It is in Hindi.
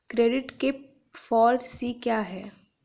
क्रेडिट के फॉर सी क्या हैं?